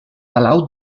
palau